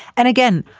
and again,